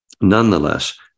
Nonetheless